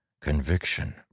Conviction